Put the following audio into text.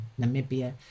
namibia